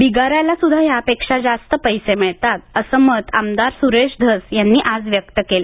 बिगाऱ्याला सुध्दा यापेक्षा जास्त पैसे मिळतात असं मत आमदार सुरेश धस यांनी आज व्यक्त केलं